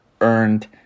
earned